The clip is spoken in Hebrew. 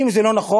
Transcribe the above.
אם זה לא נכון,